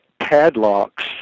padlocks